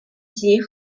集合